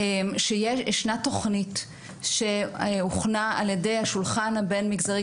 שיש ישנה תוכנית שהוכנה על ידי השולחן הבין מגזרי,